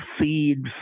seeds